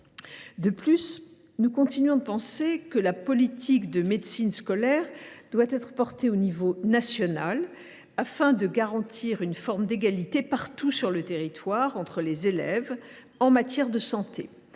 ailleurs, nous continuons de penser que la politique de médecine scolaire doit être portée au niveau national, afin de garantir l’égalité partout sur le territoire entre les élèves en matière de santé.